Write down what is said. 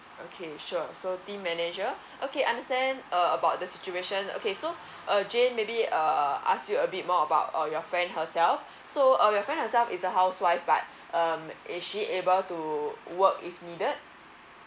okay sure so team manager okay understand uh about the situation okay so uh jane maybe uh ask you a bit more about your friend herself so uh your friend herself is a housewife but um is she able to work if needed